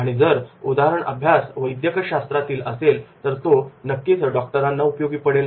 आणि जर उदाहरण अभ्यास वैद्यकशास्त्रातील असेल तर तो नक्कीच डॉक्टरांना उपयोगी पडेल